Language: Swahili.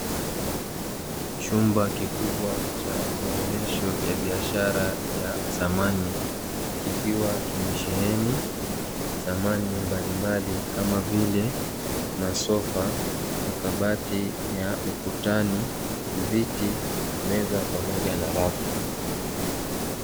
Chumba kikubwa cha maonesho ya biashara ya samani kikiwa kimesheheni samani mbalimbali kama vile masofa, makabati ya ukutani, viti, meza pamoja na rafu.